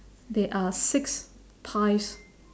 there are six pies